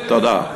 תודה.